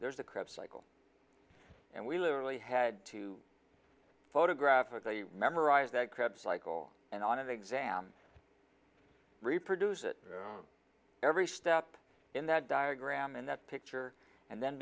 there's a crap cycle and we literally had to photograph it they memorize that crap cycle and on an exam reproduce it every step in that diagram and that picture and then